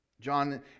John